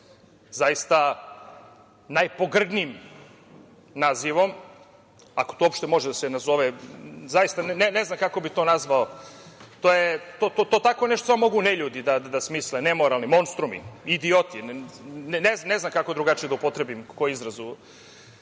nazove najpogrdnijim nazivom, ako to uopšte može da se nazove, zaista ne znam kako bih to nazvao, tako nešto mogu samo neljudi da smisle, nemoralni monstrumi, idioti, ne znam kako drugačije da upotrebim i koji izraz,